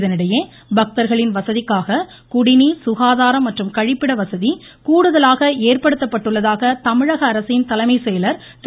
இதனிடையே பக்தர்களின் வசதிக்ககாக குடிநீர் சுகாதாரம் மற்றும் கழிப்பிட கூடுதலாக ஏற்படுத்தப்பட்டுள்ளதாக தமிழக அரசின் தலைமை செயலர் வசதி திரு